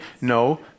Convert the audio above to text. no